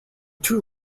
two